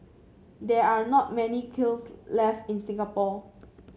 there are not many kilns left in Singapore